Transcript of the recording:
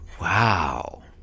Wow